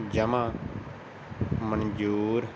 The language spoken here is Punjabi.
ਜਮ੍ਹਾਂ ਮਨਜ਼ੂਰ